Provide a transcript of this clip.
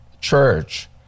Church